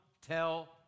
tell